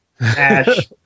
Ash